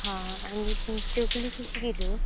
हां आनी तुमी चकली कशी किलो